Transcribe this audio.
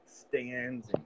stands